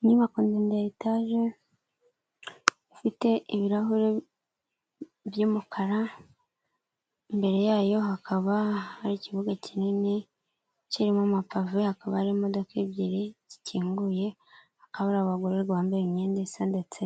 Inyubako ndende ya etaje, ifite ibirahure by'umukara, imbere yayo hakaba hari ikibuga kinini kirimo amapave, hakaba hari imodoka ebyiri zikinguye , hakaba hari abagororwa bambaye imyenda isa ndetse